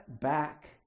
back